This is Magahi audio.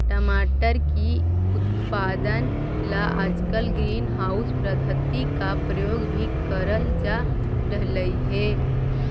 टमाटर की उत्पादन ला आजकल ग्रीन हाउस पद्धति का प्रयोग भी करल जा रहलई हे